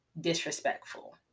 disrespectful